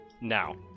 Now